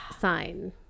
sign